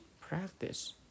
practice